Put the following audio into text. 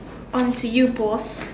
on to you boss